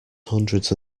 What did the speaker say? hundreds